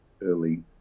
early